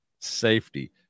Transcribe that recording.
safety